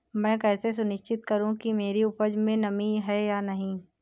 मैं कैसे सुनिश्चित करूँ कि मेरी उपज में नमी है या नहीं है?